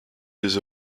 des